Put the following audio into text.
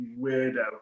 weirdo